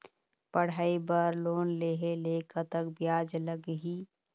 पढ़ई बर लोन लेहे ले कतक ब्याज लगही?